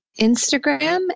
Instagram